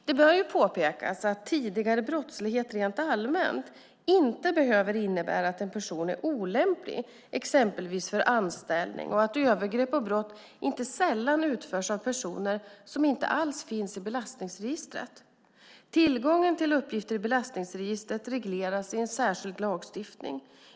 Det bör påpekas att tidigare brottslighet rent allmänt inte behöver innebära att en person är olämplig exempelvis för anställning och att övergrepp och brott inte sällan utförs av personer som inte finns i belastningsregistret. Tillgången till uppgifter i belastningsregistret regleras i särskild lagstiftning.